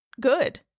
good